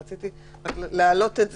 רציתי להעלות את זה.